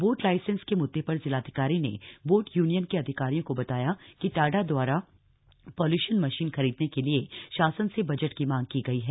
boat licence के मुद्दे पर जिलाधिकारी ने बोट यूनियन के अधिकारियों को बताया कि टाडा दवारा पॉल्यूशन मशीन खरीदने के लिए शासन से बजट की मांग की गयी है